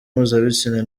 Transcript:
mpuzabitsina